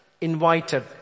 invited